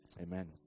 Amen